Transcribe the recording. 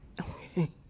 Okay